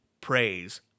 Praise